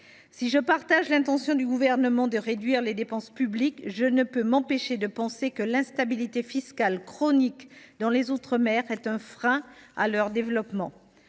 Si j’approuve l’intention du Gouvernement de réduire les dépenses publiques, je ne peux m’empêcher de penser que l’instabilité fiscale chronique dans les outre mer est un frein au développement.